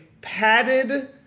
padded